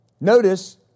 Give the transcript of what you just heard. Notice